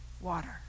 water